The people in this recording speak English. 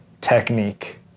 technique